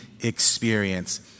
experience